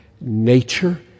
nature